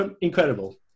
incredible